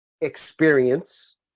experience